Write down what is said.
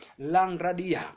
langradia